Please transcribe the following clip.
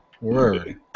Word